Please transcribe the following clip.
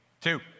two